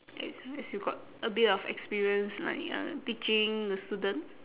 as as you got a bit of experience like uh teaching the student